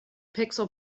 pixel